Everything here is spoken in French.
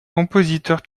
compositeur